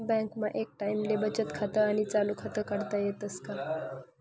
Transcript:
बँकमा एक टाईमले बचत खातं आणि चालू खातं काढता येस का?